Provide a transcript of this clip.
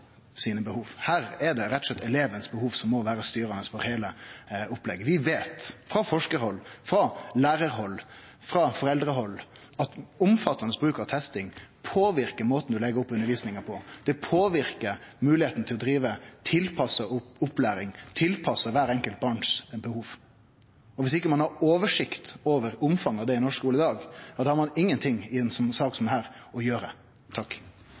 sine behov. Her er det rett og slett behovet til eleven som må vere styrande for heile opplegget. Vi veit – frå forskarhald, frå lærarhald, frå foreldrehald – at omfattande bruk av testing påverkar måten du legg opp undervisninga på, det påverkar moglegheita til å drive tilpassa opplæring, tilpassa kvar enkelt barn sitt behov. Og viss ein ikkje har oversikt over omfanget av det i norsk skole i dag, har ein ingenting i ei sak som denne å gjere.